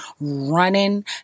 running